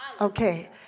okay